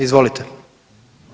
Izvolite.